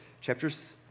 Chapters